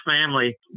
family